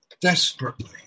desperately